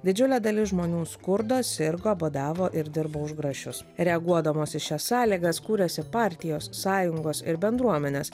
didžiulė dalis žmonių skurdo sirgo badavo ir dirbo už grašius reaguodamos į šias sąlygas kūrėsi partijos sąjungos ir bendruomenės